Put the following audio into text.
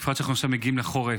בפרט כשאנחנו עכשיו מגיעים לחורף.